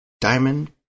Diamond